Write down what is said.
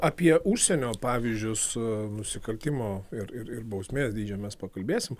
apie užsienio pavyzdžius su nusikaltimo ir ir ir bausmės dydžiu mes pakalbėsim